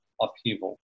upheaval